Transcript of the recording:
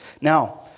now